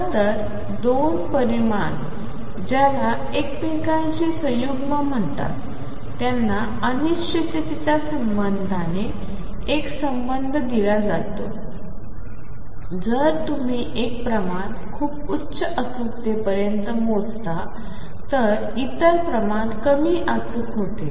खरं तर 2 परिमाण ज्याला एकमेकांशी संयुग्म म्हणतात त्यांना अनिश्चिततेच्या संबंधाने एक संबंध दिला जातो जर तुम्ही एक प्रमाण खूप उच्च अचूकतेपर्यंत मोजता तर इतर प्रमाण कमी अचूक होते